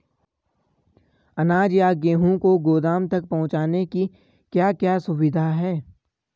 अनाज या गेहूँ को गोदाम तक पहुंचाने की क्या क्या सुविधा है?